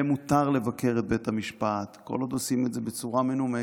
ומותר לבקר את בית המשפט כל עוד עושים את זה בצורה מנומקת,